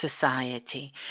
society